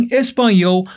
espanhol